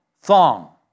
thong